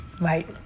Right